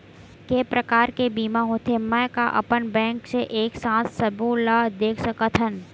के प्रकार के बीमा होथे मै का अपन बैंक से एक साथ सबो ला देख सकथन?